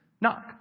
knock